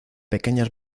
pequeñas